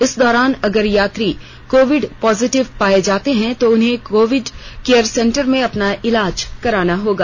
इस दौरान अगर यात्री कोविड पॉजिटिव पाए जाते हैं तो उन्हें कोविड केयर सेन्टर मे अपना इलाज कराना होगा